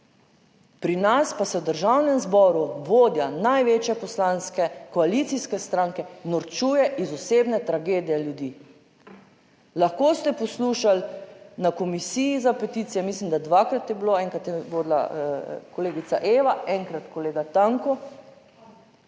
pri nas pa se v Državnem zboru vodja največje poslanske koalicijske stranke norčuje iz osebne tragedije ljudi. Lahko ste poslušali na Komisiji za peticije, mislim da dvakrat je bilo, enkrat je vodila kolegica Eva, enkrat kolega Tanko.